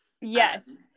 Yes